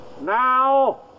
Now